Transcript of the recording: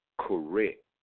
correct